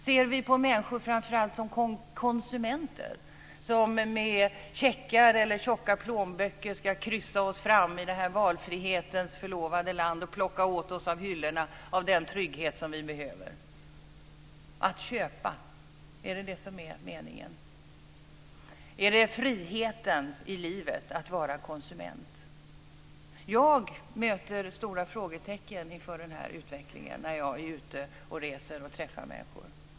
Ser vi på oss människor framför allt som konsumenter som med checkar eller tjocka plånböcker ska kryssa oss fram i detta valfrihetens förlovade land och plocka åt oss från hyllorna av den trygghet som vi behöver? Att köpa, är det detta som är meningen? Är det friheten i livet att vara konsument? Jag möter stora frågetecken inför den här utvecklingen när jag är ute och reser och träffar människor.